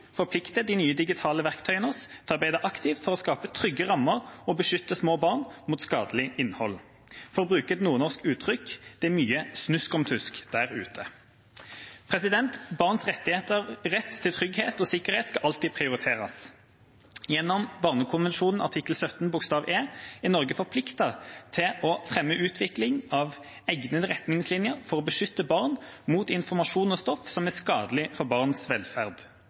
forplikter de nye digitale verktøyene oss til å arbeide aktivt for å skape trygge rammer og beskytte små barn mot skadelig innhold. For å bruke et nordnorsk uttrykk: Det er mye snuskomtusk der ute. Barns rett til trygghet og sikkerhet skal alltid prioriteres. Gjennom Barnekonvensjonen artikkel 17 bokstav e er Norge forpliktet til å fremme utvikling av egnede retningslinjer for å beskytte barn mot informasjon og stoff som er skadelig for barns velferd.